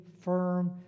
firm